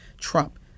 trump